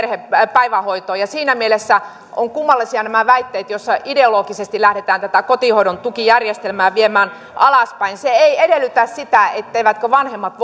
päivähoitoon ja siinä mielessä ovat kummallisia nämä väitteet joissa ideologisesti lähdetään tätä kotihoidon tukijärjestelmää viemään alaspäin se ei edellytä sitä etteivät vanhemmat